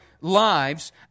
lives